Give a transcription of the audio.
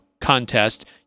Contest